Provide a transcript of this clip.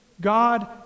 God